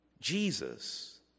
Jesus